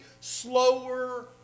slower